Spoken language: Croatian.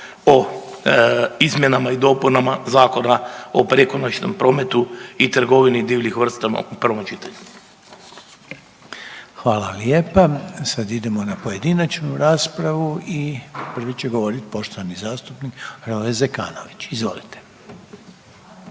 o izmjenama i dopunama Zakona o prekonoćnom prometu i trgovini divljim vrstama u prvom čitanju. **Reiner, Željko (HDZ)** Hvala lijepa. Sad idemo na pojedinačnu raspravu i prvi će govoriti poštovani zastupnik Hrvoje Zekanović. Izvolite.